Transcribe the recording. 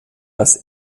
als